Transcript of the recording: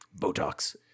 Botox